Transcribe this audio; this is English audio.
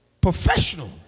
Professional